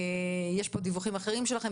יש פה דיווחים אחרים שלכם,